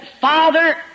Father